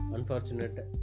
Unfortunate